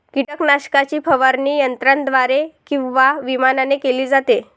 कीटकनाशकाची फवारणी यंत्राद्वारे किंवा विमानाने केली जाते